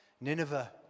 Nineveh